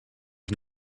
ich